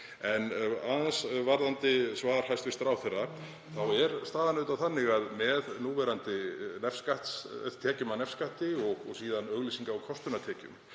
En aðeins varðandi svar hæstv. ráðherra þá er staðan auðvitað þannig að með núverandi tekjum af nefskatti og síðan auglýsinga- og kostunartekjum